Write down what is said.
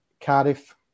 Cardiff